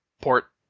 port